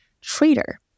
traitor